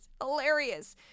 Hilarious